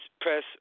press